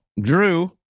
Drew